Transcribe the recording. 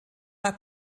war